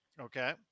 Okay